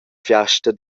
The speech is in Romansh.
fiasta